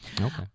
Okay